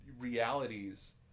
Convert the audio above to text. realities